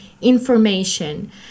information